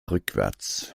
rückwärts